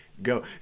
go